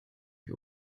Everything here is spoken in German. für